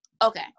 Okay